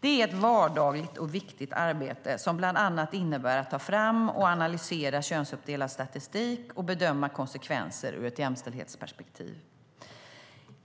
Det är ett vardagligt och viktigt arbete som bland annat innebär att man tar fram och analyserar könsuppdelad statistik och bedömer konsekvenser ur ett jämställdhetsperspektiv.